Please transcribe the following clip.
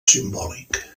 simbòlic